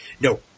No